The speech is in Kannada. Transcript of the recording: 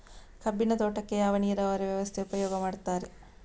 ಕಬ್ಬಿನ ತೋಟಕ್ಕೆ ಯಾವ ನೀರಾವರಿ ವ್ಯವಸ್ಥೆ ಉಪಯೋಗ ಮಾಡುತ್ತಾರೆ?